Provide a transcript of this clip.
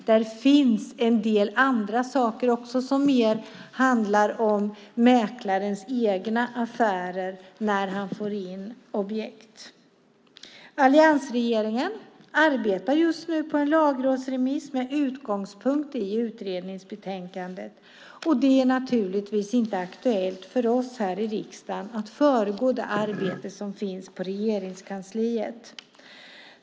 Där finns en del andra saker också som mer handlar om mäklarens egna affärer när han får in objekt. Alliansregeringen arbetar just nu på en lagrådsremiss med utgångspunkt i utredningsbetänkandet. Det är naturligtvis inte aktuellt för oss här i riksdagen att föregripa det arbete som görs på Regeringskansliet.